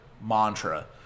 mantra